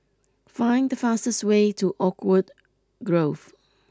find the fastest way to Oakwood Grove